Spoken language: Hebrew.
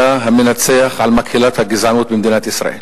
אתה המנצח על מקהלת הגזענות במדינת ישראל.